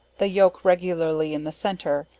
the yolk regularly in the centre,